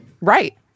Right